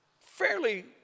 fairly